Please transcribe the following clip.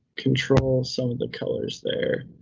control some of the colors there.